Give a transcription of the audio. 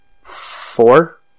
Four